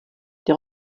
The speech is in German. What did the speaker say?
der